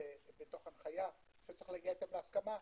מתוך הנחיה שאתה צריך להגיע אתם להסכמה,